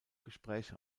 gespräche